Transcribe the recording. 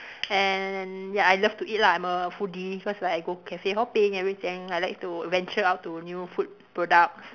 and ya I love to eat lah I'm a foodie cause like I go cafe hopping everything I like to venture out to new food products